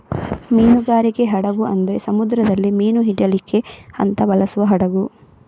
ಮೀನುಗಾರಿಕೆ ಹಡಗು ಅಂದ್ರೆ ಸಮುದ್ರದಲ್ಲಿ ಮೀನು ಹಿಡೀಲಿಕ್ಕೆ ಅಂತ ಬಳಸುವ ಹಡಗು